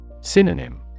Synonym